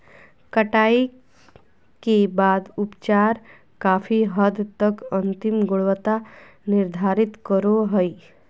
कटाई के बाद के उपचार काफी हद तक अंतिम गुणवत्ता निर्धारित करो हइ